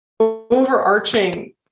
overarching